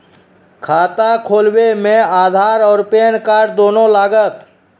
खाता खोलबे मे आधार और पेन कार्ड दोनों लागत?